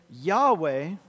Yahweh